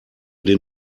den